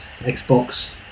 Xbox